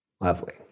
Lovely